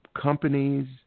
companies